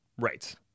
right